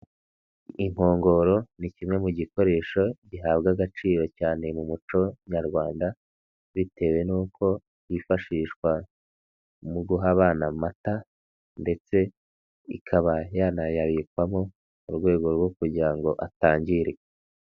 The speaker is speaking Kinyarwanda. Inkongoro ni kimwe mu gikoresho gihabwa agaciro cyane mu muco nyarwanda, bitewe nuko yifashishwa mu guha abana amata ndetse ikaba yanayabikwamo mu rwego rwo kugira ngo atangirika.